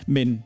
Men